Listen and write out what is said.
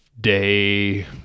day